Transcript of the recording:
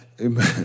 amen